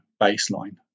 baseline